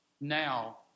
now